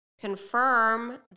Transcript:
confirm